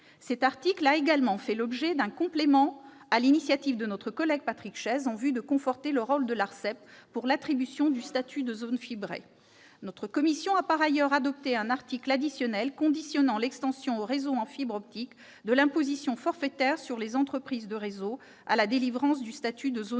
Cet article a également fait l'objet d'un complément, sur l'initiative de notre collègue Patrick Chaize, en vue de conforter le rôle de l'ARCEP pour l'attribution du statut de « zone fibrée ». Notre commission a par ailleurs adopté un article additionnel conditionnant l'extension aux réseaux en fibre optique de l'imposition forfaitaire sur les entreprises de réseaux à la délivrance du statut de « zone fibrée